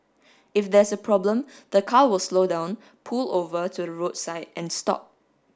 if there's a problem the car will slow down pull over to the roadside and stop